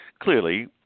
clearly